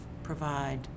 provide